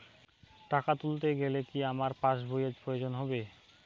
টাকা তুলতে গেলে কি আমার পাশ বইয়ের প্রয়োজন হবে?